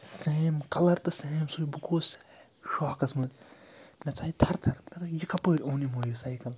same colour تہٕ same سُے بہٕ گوس شاکَس منٛز مےٚ ژاے تھَر تھَر مےٚ دوٚپ یہِ کَپٲرۍ اوٚن یِمو یہِ سایکٕل